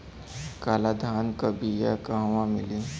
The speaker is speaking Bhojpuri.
काला धान क बिया कहवा मिली?